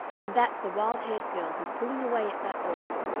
and that's the wild-haired girl who's pulling away at that oar.